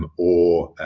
um or